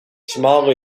small